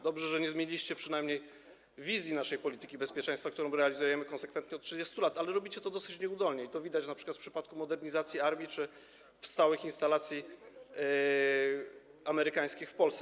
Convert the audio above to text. Dobrze, że nie zmieniliście przynajmniej wizji naszej polityki bezpieczeństwa, którą realizujemy konsekwentnie od 30 lat, ale robicie to dosyć nieudolnie i to widać w przypadku modernizacji armii czy stałych instalacji amerykańskich w Polsce.